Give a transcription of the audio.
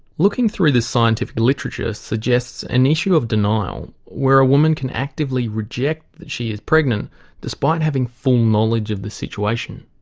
looking through the scientific literature suggests an issue of denial where a woman can actively reject that she is pregnant despite having full knowledge of the situation.